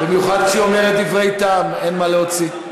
במיוחד כשהיא אומרת דברי טעם, אין מה להוציא.